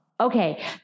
Okay